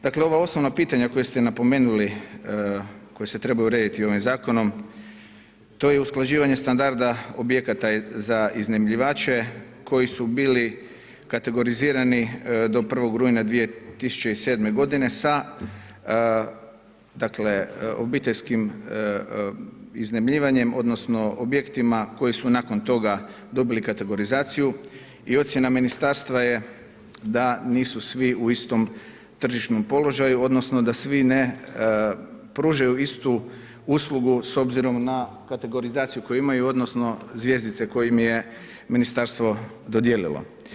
Dakle, ova osnovna pitanja koja ste napomenuli, koja se trebaju urediti ovim zakonom, to je usklađivanje standarda objekata za iznajmljivače koji su bili kategorizirani do 1. rujna 2007. g. sa obiteljskim iznajmljivanjem odnosno objektima koji su nakon toga dobili kategorizaciju i ocjena ministarstva je da nisu svi u istom tržišnom položaju odnosno da svi pružaju istu uslugu s obzirom na kategorizaciju koju imaju odnosno zvjezdice koje im je ministarstvo dodijelilo.